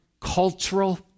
cultural